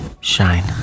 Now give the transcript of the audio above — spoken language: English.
shine